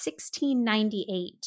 $16.98